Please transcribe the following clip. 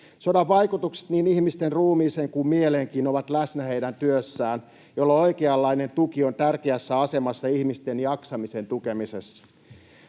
Sodan vaikutukset niin ihmisten ruumiiseen kuin mieleenkin ovat läsnä heidän työssään, jolloin oikeanlainen tuki on tärkeässä asemassa ihmisten jaksamisen tukemisessa.